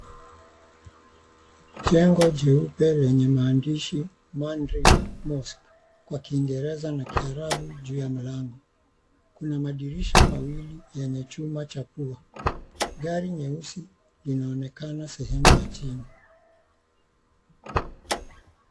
Jengo jeupe lenye maandishi MANDHRY MOSQUE kwa kiingereza kiarabu juu ya mlango. Kuna madirisha mawili yenye chuma cha pua. Gari nyeusi linaonekana sehemu ya chini.